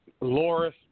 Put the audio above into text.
Loris